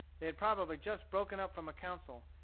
they had probably just broken up from a council,